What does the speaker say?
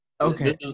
Okay